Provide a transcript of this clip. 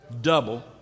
double